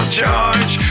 charge